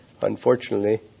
unfortunately